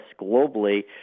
globally